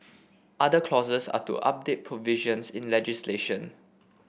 other clauses are to update provisions in legislation